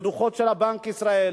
בדוחות של בנק ישראל,